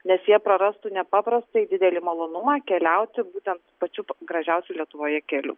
nes jie prarastų nepaprastai didelį malonumą keliauti būtent pačiu gražiausiu lietuvoje keliu